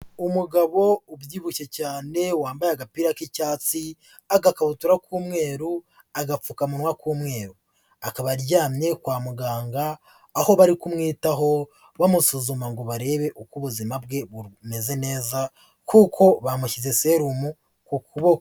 Umugabo ubyibushye cyane wambaye agapira k'icyatsi, agakabutura k'umweru, agapfukamunwa k'umweru, akaba aryamye kwa muganga, aho bari kumwitaho bamusuzuma ngo barebe uko ubuzima bwe bumeze neza kuko bamushyize serumu ku kuboko.